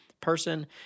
person